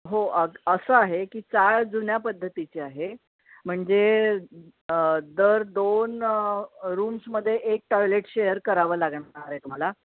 हो अग असं आहे की चाळ जुन्या पद्धतीची आहे म्हणजे दर दोन रूम्समध्ये एक टॉयलेट शेअर करावं लागणार आहे तुम्हाला